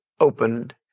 opened